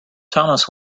thomas